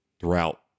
throughout